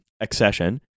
accession